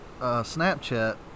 Snapchat